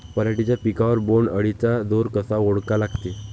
पराटीच्या पिकावर बोण्ड अळीचा जोर कसा ओळखा लागते?